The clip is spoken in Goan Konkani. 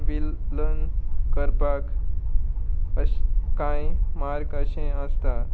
विल लन करपाक अश कांय मार्क अशें आसता